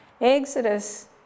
Exodus